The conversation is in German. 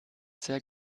sehr